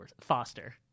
foster